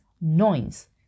noise